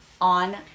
on